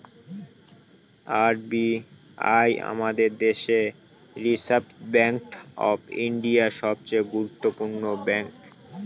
R B I আমাদের দেশের reserve bank of India, সবচে গুরুত্বপূর্ণ ব্যাঙ্ক